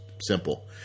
simple